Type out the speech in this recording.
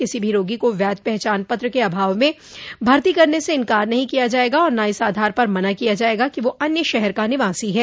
किसी भी रोगी को वैध पहचान पत्र के अभाव में भर्ती करने से इंकार नहीं किया जाएगा और न इस आधार पर मना किया जाएगा कि वह अन्य शहर का निवासी है